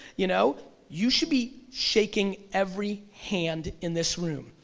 you know, you should be shaking every hand in this room,